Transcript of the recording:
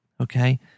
okay